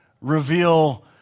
reveal